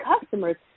customers